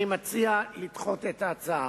אני מציע לדחות את ההצעה.